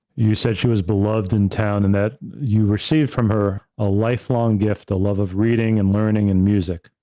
you said she was beloved in town and that you received from her a lifelong gift a love of reading and learning and music.